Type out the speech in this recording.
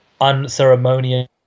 unceremonious